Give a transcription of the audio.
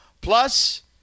Plus